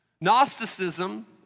Gnosticism